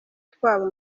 twabo